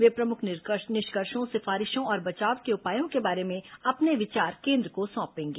वे प्रमुख निष्कर्षों सिफारिशों और बचाव के उपायों के बारे में अपने विचार केंद्र को सौंपेंगे